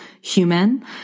human